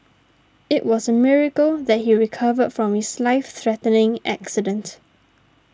it was a miracle that he recovered from his life threatening accident